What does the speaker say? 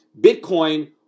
Bitcoin